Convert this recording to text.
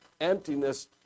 emptiness